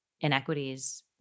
inequities